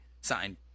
signed